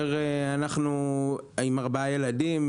אנחנו עם ארבעה ילדים,